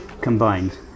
combined